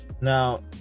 Now